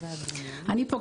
אני פה,